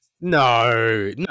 no